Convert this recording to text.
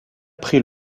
pris